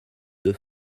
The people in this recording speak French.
deux